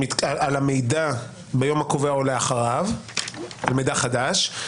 על המידע ביום הקובע או לאחריו על מידע חדש,